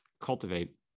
cultivate